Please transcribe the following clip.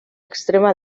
extrema